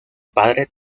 padre